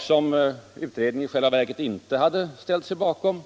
som SIA-utredningen i själva verket inte hade ställt sig bakom.